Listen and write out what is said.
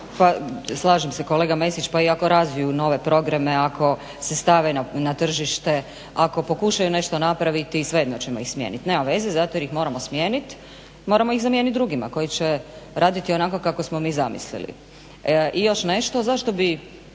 pa slažem se kolega Mesić. Pa i ako razviju nove programe, ako se stave na tržište, ako pokušaju nešto napraviti svejedno ćemo ih smijeniti nema veze zato jer ih moramo smijeniti, moramo ih zamijeniti drugima koji će raditi onako kako smo mi zamislili. I još nešto, zašto bi